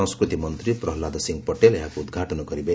ସଂସ୍କୃତି ମନ୍ତ୍ରୀ ପ୍ରହଲ୍ଲାଦ ସିଂ ପଟେଲ ଏହାକୁ ଉଦ୍ଘାଟନ କରିବେ